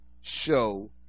show